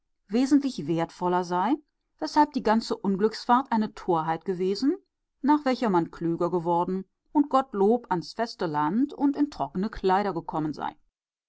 wesentlich wertvoller sei weshalb die ganze unglücksfahrt eine torheit gewesen nach welcher man klüger geworden und gottlob ans feste land und in trockene kleider gekommen sei